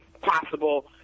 possible